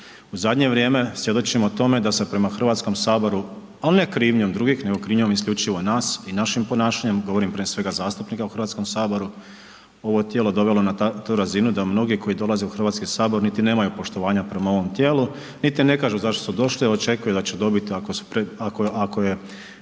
U zadnje vrijeme svjedočimo tome da se prema Hrvatskom saboru, ali ne krivnjom drugih, nego krivnjom isključivo nas i našim ponašanjem, govorim prije svega zastupnika u Hrvatskom saboru ovo tijelo dovelo na tu razinu da mnogi koji dolaze u Hrvatski sabor niti nemaju poštovanja prema ovom tijelu, niti ne kažu zašto su došli, a očekuju da će dobiti ako je,